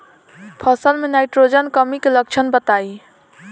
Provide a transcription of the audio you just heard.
फसल में नाइट्रोजन कमी के लक्षण बताइ?